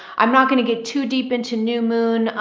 i'm not going to get too deep into new moon.